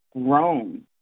grown